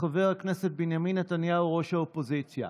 חבר הכנסת בנימין נתניהו ראש האופוזיציה.